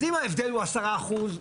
אז אם ההבדל הוא עשרה אחוזים,